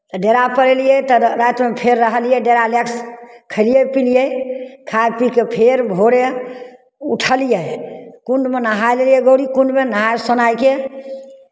तऽ डेरापर अयलियै तऽ रातिमे फेर रहलियै डेरा लए कऽ खेलियै पिलियै खाय पी कऽ फेर भोरे उठलियै कुण्डमे नहाय लेलियै गौरी कुण्डमे नहाय सुनाय कऽ